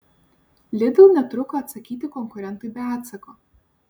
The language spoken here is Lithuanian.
lidl netruko atsakyti konkurentui be atsako